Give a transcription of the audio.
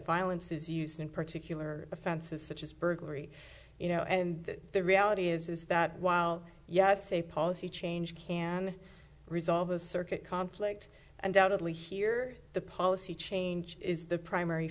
violence is used in particular offenses such as burglary you know and the reality is that while yes a policy change can resolve a circuit conflict undoubtedly here the policy change is the primary